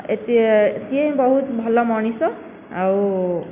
ଏତେ ସିଏ ବହୁତ ଭଲ ମଣିଷ ଆଉ